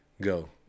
go